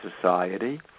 society